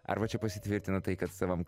arba čia pasitvirtina tai kad savam